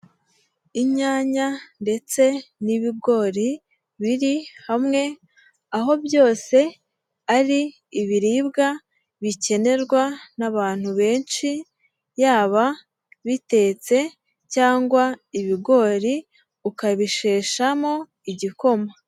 Inyanya ndetse n'ibigori biri hamwe, aho byose ari ibiribwa bikenerwa n'abantu benshi, yaba bitetse cyangwa ibigori ukabisheshamo igikoma.